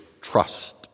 trust